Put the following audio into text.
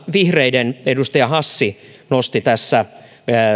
vihreiden edustaja hassi nosti tässä